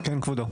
כן כבודו.